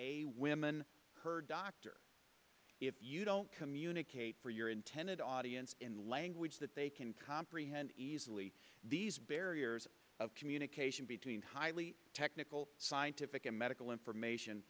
a women her doctor if you don't communicate for your intended audience in language that they can comprehend easily these barriers of communication between highly technical scientific and medical information